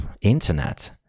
internet